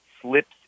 slips